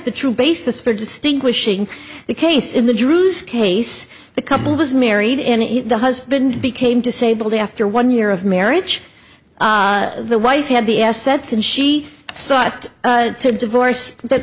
the true basis for distinguishing the case in the drews case the couple was married and the husband became disabled after one year of marriage the wife had the assets and she sought to divorce